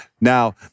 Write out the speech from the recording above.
Now